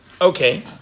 Okay